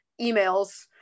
emails